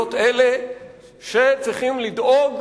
להיות אלה שצריכים לדאוג,